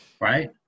Right